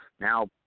now